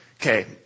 Okay